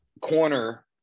corner